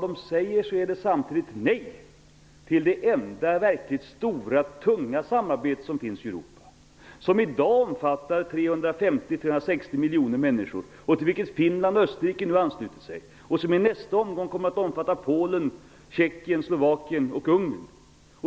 De säger ju samtidigt nej till det verkligt stora tunga samarbete som finns i Europa. Det omfattar i dag 350-360 miljoner människor. Finland och Österrike ansluter sig nu till det. I nästa omgång kommer det att omfatta Polen, Tjeckien, Slovakien och Ungern.